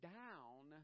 down